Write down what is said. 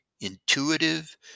intuitive